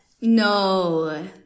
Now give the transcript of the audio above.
no